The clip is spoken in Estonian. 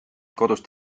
kodust